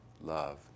love